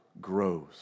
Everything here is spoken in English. grows